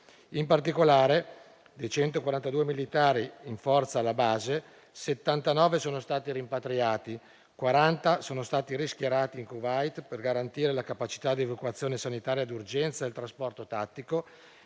In particolare, dei 142 militari in forza alla base, 79 sono stati rimpatriati, 40 sono stati rischierati in Kuwait, per garantire la capacità di evacuazione sanitaria di urgenza e il trasporto tattico,